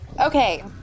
Okay